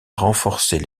renforcer